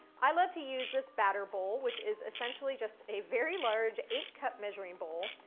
i love to use this batter bowl, which is essentially just a very large eight-cup measuring bowl,